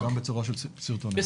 וגם בצורה של סרטונים.